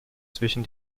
zwischen